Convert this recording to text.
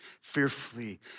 fearfully